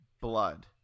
blood